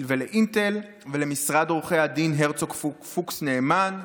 לאינטל, למשרד עורכי הדין הרצוג פוקס נאמן,